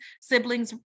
Siblings